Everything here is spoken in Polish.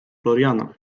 floriana